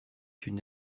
une